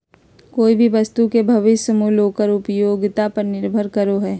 कोय भी वस्तु के भविष्य मूल्य ओकर उपयोगिता पर निर्भर करो हय